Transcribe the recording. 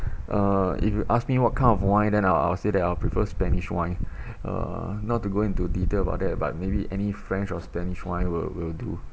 err if you ask me what kind of wine then I'll I'll say that I'll prefer spanish wine uh not to go into detail about that but maybe any french or spanish wine will will do